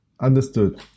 understood